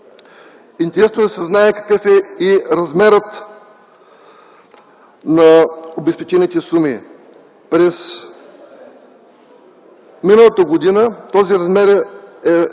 Интересното е да се знае какъв е и размерът на обезпечените суми. През миналата година този размер е